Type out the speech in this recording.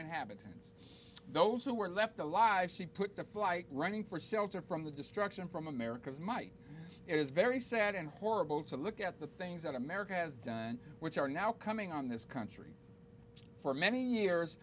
inhabitants those who were left alive she put to flight running for shelter from the destruction from america's might it is very sad and horrible to look at the things that america has done which are now coming on this country for many years